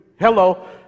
Hello